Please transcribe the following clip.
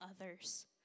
others